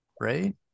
right